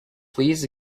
please